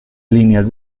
líneas